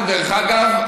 דרך אגב,